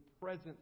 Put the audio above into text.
presence